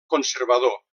conservador